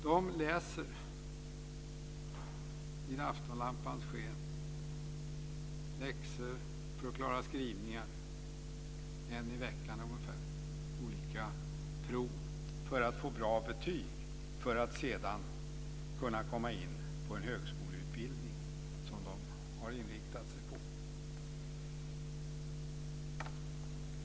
De läser läxor vid aftonlampans sken för att klara skrivningar, en i veckan ungefär, och olika prov för att få bra betyg, för att sedan kunna komma in på en högskoleutbildning som de har inriktat sig på.